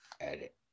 Edit